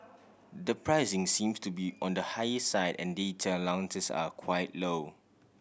the pricing seems to be on the higher side and data allowances are quite low